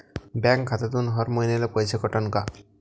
Bank खात्यातून हर महिन्याले पैसे कटन का?